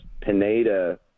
Pineda